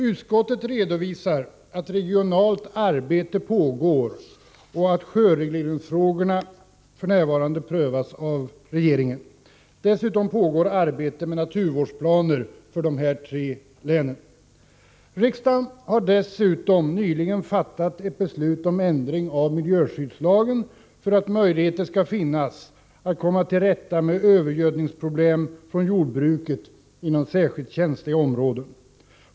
Utskottet redovisar att regionalt arbete pågår och att sjöregleringsfrågorna f.n. prövas av regeringen. Dessutom pågår arbete med naturvårdsplaner för de tre länen. 93 Riksdagen har dessutom nyligen fattat beslut om ändring av miljöskyddslagen för att möjligheter skall finnas att komma till rätta med problem med övergödsling inom jordbruket i särskilt känsliga områden.